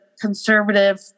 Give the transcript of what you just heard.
conservative